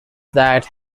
that